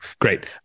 Great